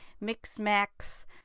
mix-max